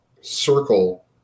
circle